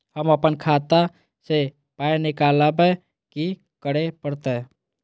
हम आपन खाता स पाय निकालब की करे परतै?